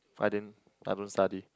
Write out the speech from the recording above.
I din I don't study